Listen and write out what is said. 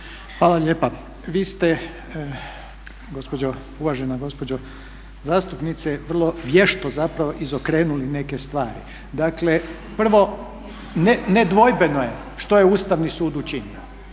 Hvala lijepa. Vi ste gospođo, uvažena gospođo zastupnice vrlo vješto zapravo izokrenuli neke stvari. Dakle prvo nedvojbeno je što je Ustavni sud učinio.